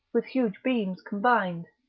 with huge beams combin'd.